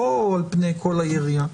לא על פני כל היריעה.